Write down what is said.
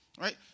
Right